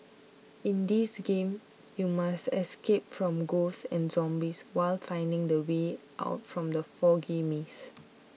in this game you must escape from ghosts and zombies while finding the way out from the foggy maze